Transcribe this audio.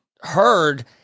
heard